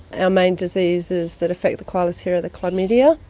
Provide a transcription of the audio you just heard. and our main diseases that affect the koalas here are the chlamydia,